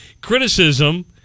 criticism